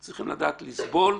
צריכים לדעת לסבול,